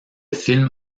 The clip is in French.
film